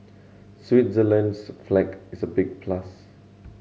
Switzerland's flag is a big plus